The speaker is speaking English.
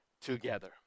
together